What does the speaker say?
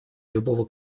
любого